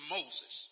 Moses